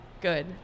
good